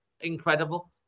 incredible